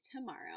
tomorrow